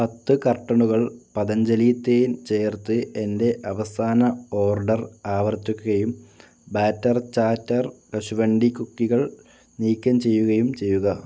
പത്ത് കർട്ടണുകൾ പതഞ്ജലി തേൻ ചേർത്ത് എന്റെ അവസാന ഓർഡർ ആവർത്തിക്കുകയും ബാറ്റർ ചാറ്റർ കശുവണ്ടി കുക്കികൾ നീക്കം ചെയ്യുകയും ചെയ്യുക